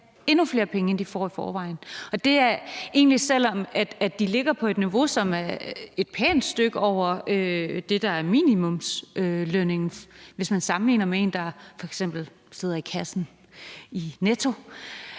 endnu flere penge, end de får i forvejen. Og det er egentlig, selv om de ligger på et niveau, som er et pænt stykke over det, der er minimumslønninger, hvis man sammenligner med en, der f.eks. sidder i kassen i Netto.